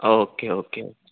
okay okay